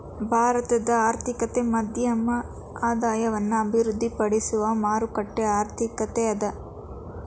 ಭಾರತದ ಆರ್ಥಿಕತೆ ಮಧ್ಯಮ ಆದಾಯವನ್ನ ಅಭಿವೃದ್ಧಿಪಡಿಸುವ ಮಾರುಕಟ್ಟೆ ಆರ್ಥಿಕತೆ ಅದ